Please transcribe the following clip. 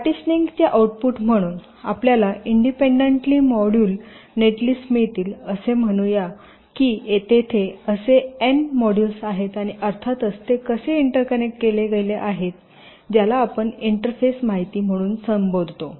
partitioning चे output म्हणून आपल्याला इंडिपेंडेबली मॉड्यूल नेटलिस्ट मिळतील असे म्हणू या की तेथे असे एन मॉड्यूल्स आहेत आणि अर्थातच ते कसे इंटरकनेक्ट केले गेले आहेत ज्याला आपण इंटरफेस माहिती म्हणून संबोधतो